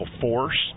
force